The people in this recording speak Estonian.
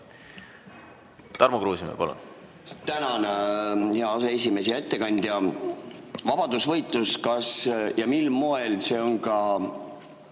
Tarmo Kruusimäe, palun!